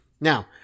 Now